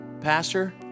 pastor